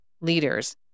leaders